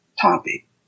topic